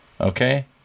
Okay